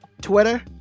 Twitter